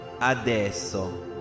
Adesso